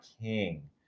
king